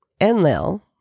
Enlil